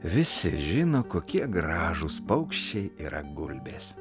visi žino kokie gražūs paukščiai yra gulbės